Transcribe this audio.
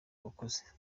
abakozi